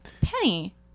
Penny